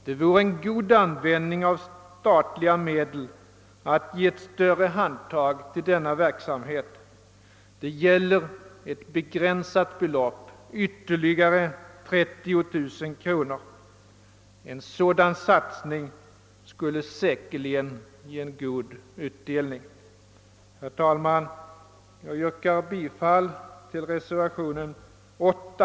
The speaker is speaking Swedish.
Det vore en god användning av statliga medel att ge ett bättre hand tag till denna verksamhet. Det gäller ett begränsat belopp — ytterligare 30 000 kronor. En sådan satsning skulle säkerligen ge god utdelning. Herr talman! Jag yrkar bifall till reservationen 8.